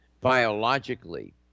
biologically